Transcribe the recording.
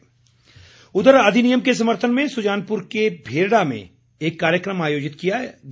धुमल उधर अधिनियम के समर्थन में सुजानपुर के भेरडा में कार्यक्रम आयोजित किया गया